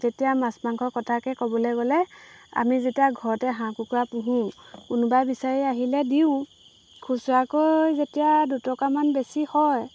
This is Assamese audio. যেতিয়া মাছ মাংস কটাকে ক'বলৈ গ'লে আমি যেতিয়া ঘৰতে হাঁহ কুকুৰা পুহোঁ কোনোবাই বিচাৰি আহিলে দিওঁ খুচুৰাকৈ যেতিয়া দুটকামান বেছি হয়